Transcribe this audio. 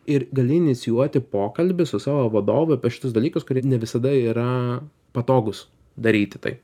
ir gali inicijuoti pokalbį su savo vadovu apie šituos dalykus kurie ne visada yra patogūs daryti tai